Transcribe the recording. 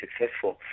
successful